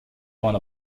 one